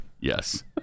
Yes